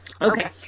Okay